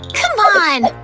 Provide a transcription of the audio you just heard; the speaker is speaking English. c'mon!